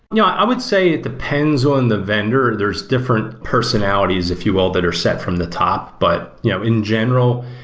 yeah i would say it depends on the vendor and there's different personalities, if you will, that are set from the top, but you know in general,